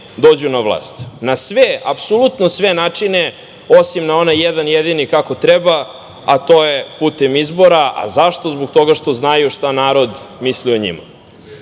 dođu na vlast. Na sve, apsolutno sve načine, osim na onaj jedan jedini, kako treba, a to je putem izbora. A zašto? Zbog toga što znaju šta narod misli o njima. Hajde